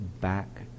back